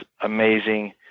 amazing